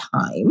time